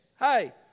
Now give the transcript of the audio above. hey